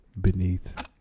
beneath